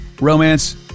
romance